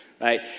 Right